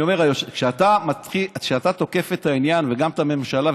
אני אומר: כשאתה תוקף את העניין וגם את הממשלה,